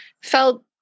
felt